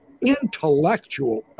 intellectual